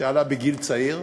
שעלה בגיל צעיר.